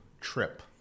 trip